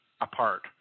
apart